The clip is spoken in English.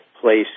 place